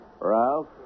Ralph